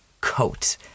coat